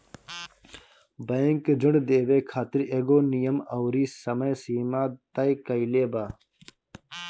bank ऋण देवे खातिर एगो नियम अउरी समय सीमा तय कईले बा